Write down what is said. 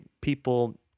people